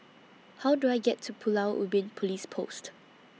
How Do I get to Pulau Ubin Police Post